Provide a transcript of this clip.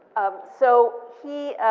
um so he,